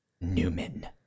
Newman